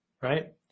right